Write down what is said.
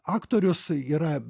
aktorius yra